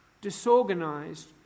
disorganized